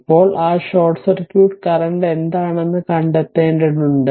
ഇപ്പോൾ ആ short circuit current എന്താണെന്നു കണ്ടെത്തേണ്ടതുണ്ട്